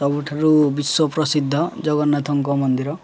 ସବୁଠାରୁ ବିଶ୍ୱ ପ୍ରସିଦ୍ଧ ଜଗନ୍ନାଥଙ୍କ ମନ୍ଦିର